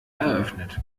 eröffnet